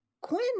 Quinn